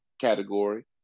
category